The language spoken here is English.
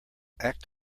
act